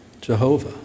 Jehovah